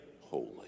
holy